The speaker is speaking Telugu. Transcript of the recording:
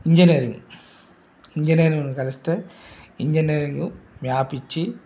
ఇంజనీరింగు ఇంజినీరింగు కలిస్తే ఇంజనీరింగు మ్యాప్ ఇచ్చి